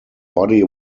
body